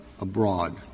abroad